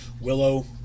Willow